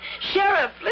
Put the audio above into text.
Sheriff